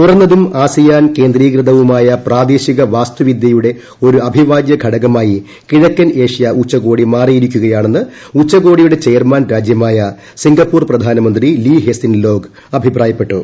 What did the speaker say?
തുറന്നതും ആസിയാൻ കേന്ദ്രീകൃതവുമായ പ്രാദേശിക വാസ്തുവിദ്യയുടെ ഒരു അവിഭാജൃ ഘടകമായി കിഴക്കൻ ഏഷ്യ ഉച്ചകോടി മാറിയിരിക്കുകയാണെന്ന് ഉച്ചകോടിയുടെ ചെയർമാൻ രാജ്യമായ സിംഗപ്പൂർ പ്രധാനമന്ത്രി ലീ ഹെസിൻ ലോഗ് അഭിപ്രായപ്പെട്ടു